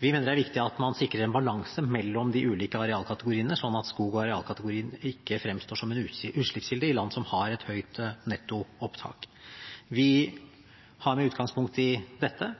Vi mener det er viktig at man sikrer en balanse mellom de ulike arealkategoriene, slik at skog- og arealkategorien ikke fremstår som en utslippskilde i land som har et høyt nettoopptak. Vi har med utgangspunkt i dette